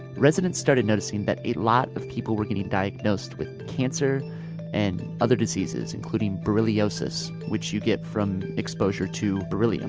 residents started noticing that a lot of people were getting diagnosed with cancer and other diseases including berylliosis which you get from exposure to beryllium